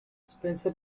spencer